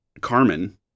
Carmen